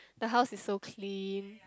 the house is so clean